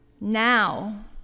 now